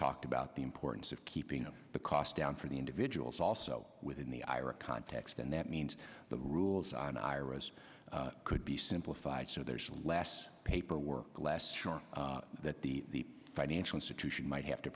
talked about the importance of keeping up the cost down for the individuals also within the ira context and that means the rules on iras could be simplified so there's less paperwork last chart that the financial institution might have to